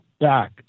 back